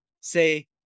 say